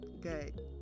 Good